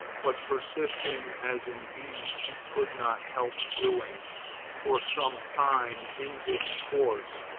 but persisting as indeed he could not help doing for some time in this course,